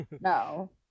No